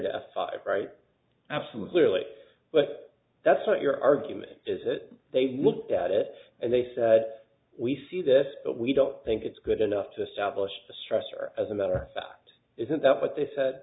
to five right absolutely but that's what your argument is that they look at it and they said we see this but we don't think it's good enough to establish the stressor as a matter isn't that what they said